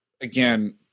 again